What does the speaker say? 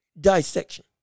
dissection